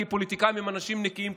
כי פוליטיקאים הם אנשים נקיים,